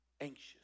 anxious